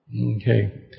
Okay